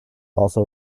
also